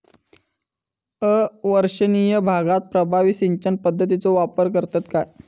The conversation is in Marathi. अवर्षणिय भागात प्रभावी सिंचन पद्धतीचो वापर करतत काय?